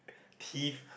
he